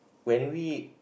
when we